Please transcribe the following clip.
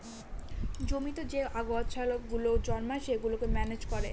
জমিতে যে আগাছা গুলো জন্মায় সেগুলোকে ম্যানেজ করে